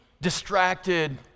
distracted